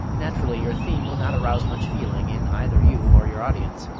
naturally your theme will not arouse much feeling in either you or your audience.